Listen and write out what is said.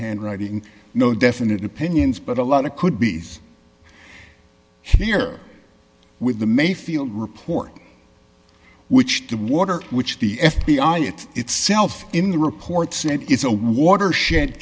hand writing no definite opinions but a lot of could be here with the mayfield report which to water which the f b i itself in the report said is a watershed